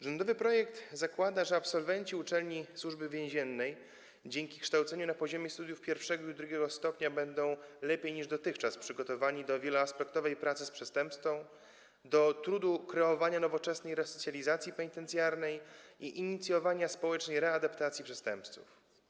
Rządowy projekt zakłada, że absolwenci uczelni Służby Więziennej dzięki kształceniu na poziomie studiów I i II stopnia będą lepiej niż dotychczas przygotowani do wieloaspektowej pracy z przestępcą, do trudu kreowania nowoczesnej resocjalizacji penitencjarnej i inicjowania społecznej readaptacji przestępców.